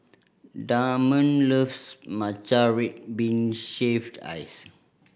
Damond loves matcha red bean shaved ice